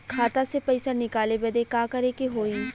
खाता से पैसा निकाले बदे का करे के होई?